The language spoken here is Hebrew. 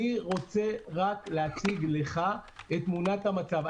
אני רוצה להציג לך את תמונת המצב.